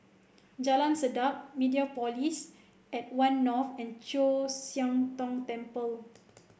Jalan Sedap Mediapolis at One North and Chu Siang Tong Temple